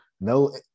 no